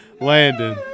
Landon